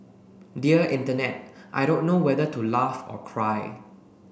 dear Internet I don't know whether to laugh or cry